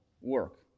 work